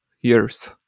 years